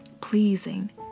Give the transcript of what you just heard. pleasing